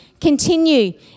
continue